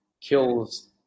kills